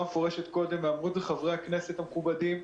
מפורשת קודם ואמרו את זה חברי הכנסת המכובדים,